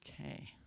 Okay